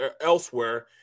elsewhere